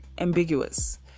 ambiguous